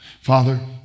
Father